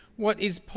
what is,